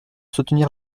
soutenir